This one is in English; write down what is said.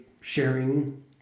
sharing